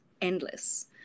endless